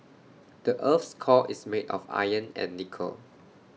the Earth's core is made of iron and nickel